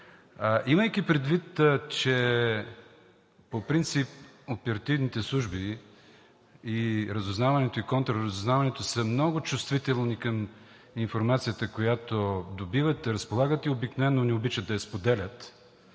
Имайки предвид, че по принцип оперативните служби, и Разузнаването, и Контраразузнаването са много чувствителни към информацията, която добиват, разполагат и обикновено не обичат да я споделят,